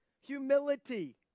Humility